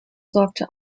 sorgte